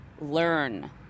learn